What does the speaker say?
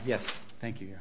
yes thank you